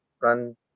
run